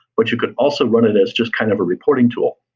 but you could also run it as just kind of a reporting tool.